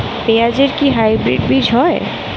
পেঁয়াজ এর কি হাইব্রিড বীজ হয়?